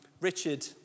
Richard